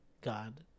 God